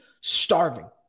starving